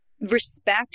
Respect